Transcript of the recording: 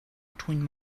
between